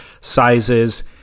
sizes